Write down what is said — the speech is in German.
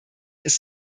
ist